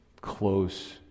close